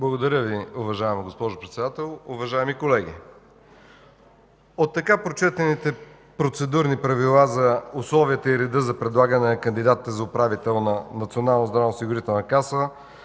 Благодаря Ви, уважаема госпожо Председател. Уважаеми колеги, от така прочетените Процедурни правила за условията и реда за предлагане на кандидатите за управител на Националната здравноосигурителна каса,